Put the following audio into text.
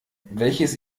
welches